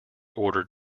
ordered